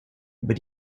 über